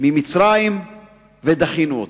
ממצרים ודחינו אותה.